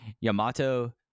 Yamato